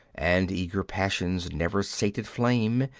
and eager passion's never-sated flame,